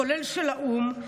כולל של האו"ם,